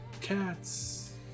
Cats